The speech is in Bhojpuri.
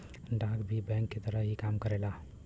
डाक भी बैंक के तरह ही काम करेला